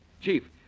Chief